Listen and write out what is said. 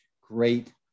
great